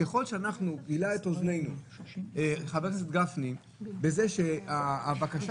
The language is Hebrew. גילה את אוזנינו חבר הכנסת גפני בזה שבבקשה